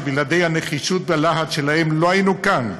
שבלי הנחישות והלהט שלהם לא היינו כאן: